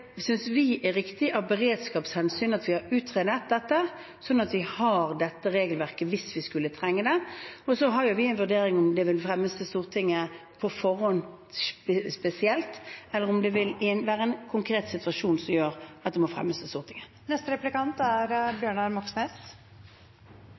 riktig av beredskapshensyn at vi har utredet dette, sånn at vi har dette regelverket hvis vi skulle trenge det. Vi har en vurdering av om det vil fremmes i Stortinget på forhånd spesielt, eller om det vil være en konkret situasjon som gjør at det må fremmes i Stortinget.